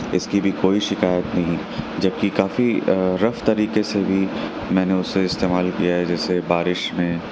اس کی بھی کوئی شکایت نہیں جبکہ کافی رف طریقے سے بھی میں نے اسے استعمال کیا ہے جیسے بارش میں